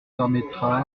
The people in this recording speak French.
permettra